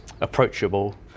approachable